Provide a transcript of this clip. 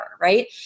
right